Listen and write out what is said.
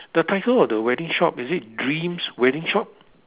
the title of the wedding shop is it dreams wedding shop